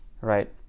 right